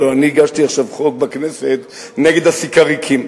הלוא אני עכשיו הגשתי בכנסת חוק נגד הסיקריקים.